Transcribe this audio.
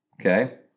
Okay